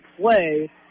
play